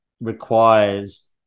requires